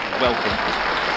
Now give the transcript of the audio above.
welcome